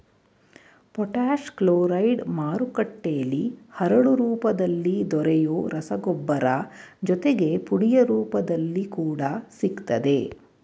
potash chloride ಮಾರುಕಟ್ಟೆಲಿ ಹರಳು ರೂಪದಲ್ಲಿ ದೊರೆಯೊ ರಸಗೊಬ್ಬರ ಜೊತೆಗೆ ಪುಡಿಯ ರೂಪದಲ್ಲಿ ಕೂಡ ಸಿಗ್ತದೆ